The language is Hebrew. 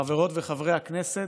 חברות וחברי הכנסת,